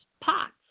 POTS